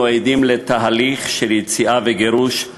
התשע"ד 2014,